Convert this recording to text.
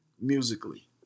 musically